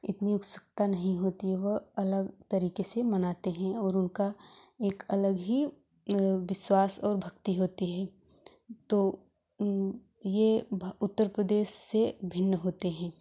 इतनी उत्सुकता नहीं होती है वह अलग तरीके से मनाते हैं और उनका एक अलग ही विश्वास और भक्ति होती है तो ये उत्तर प्रदेश से भिन्न होते हैं